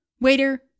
Waiter